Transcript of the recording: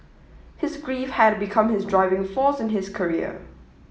his grief had become his driving force in his career